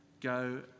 Go